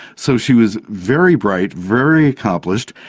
so she was very bright, very accomplished,